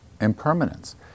impermanence